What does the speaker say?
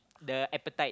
the appetite